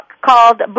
called